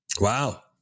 Wow